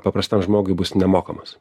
paprastam žmogui bus nemokamas